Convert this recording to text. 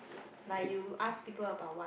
like you ask people about what